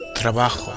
Trabajo